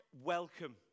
Welcome